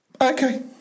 Okay